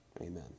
Amen